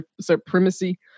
supremacy